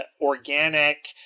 organic